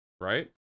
Right